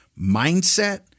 mindset